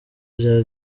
bya